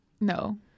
no